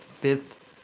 fifth